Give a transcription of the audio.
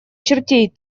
чертей